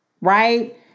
right